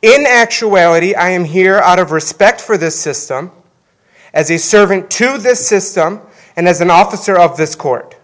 in actuality i am here out of respect for the system as a servant to this system and as an officer of this court